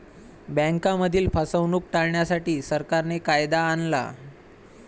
बँकांमधील फसवणूक टाळण्यासाठी, सरकारने कायदा आणला